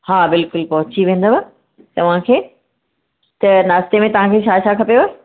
हा बिल्कुल पहुची वेंदव तव्हां खे त नास्ते में तव्हां खे छा छा खपेव